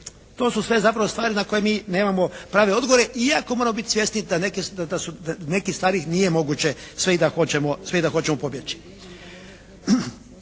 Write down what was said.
To su sve zapravo stvari na koje mi nemamo prave odgovore. Iako moramo biti svjesni da neke, da su, da neke stvari nije moguće sve i da hoćemo pobjeći.